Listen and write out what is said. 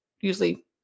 usually